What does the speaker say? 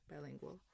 bilingual